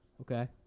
Okay